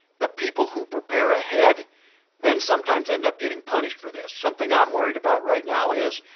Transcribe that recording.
the people who prepare ahead then sometimes ends up getting punished for this. something i'm worried about right now is,